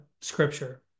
scripture